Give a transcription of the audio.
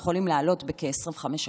יכולים לעלות בכ-25%,